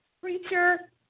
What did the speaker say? preacher